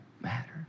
matter